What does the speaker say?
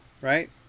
right